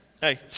hey